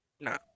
no